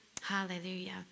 hallelujah